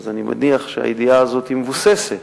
אז אני מניח שהידיעה הזאת מבוססת,